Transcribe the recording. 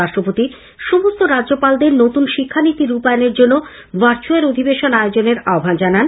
রাষ্ট্রপতি সমস্ত রাজ্যপালদের নতুন শিক্ষানীতি রূপায়নের জন্য ভার্চুয়াল অধিবেশন আয়োজনের আহ্বান জানান